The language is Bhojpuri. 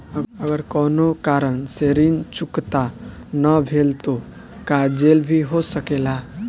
अगर कौनो कारण से ऋण चुकता न भेल तो का जेल भी हो सकेला?